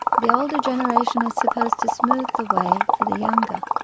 the older generation is supposed to smooth the way for the younger.